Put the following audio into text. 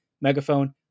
Megaphone